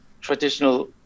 traditional